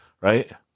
right